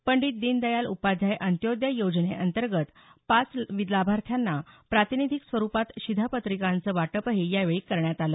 पंडीत दीनदयाल उपाध्याय अंत्योदय योजनेअंतर्गत पाच लाभार्थ्यांना प्रातिनिधीक स्वरूपात शिधापत्रकांचं वाटपही यावेळी करण्यात आलं